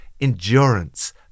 endurance